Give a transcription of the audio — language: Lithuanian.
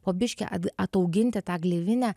po biškį at atauginti tą gleivinę